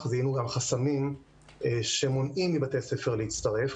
זיהינו גם חסמים שמונעים מבתי ספר להצטרף.